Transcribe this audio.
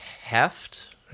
heft